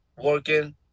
working